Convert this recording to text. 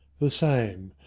the same.